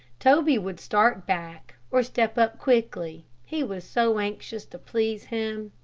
toby would start back, or step up quickly, he was so anxious to please him.